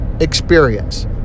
experience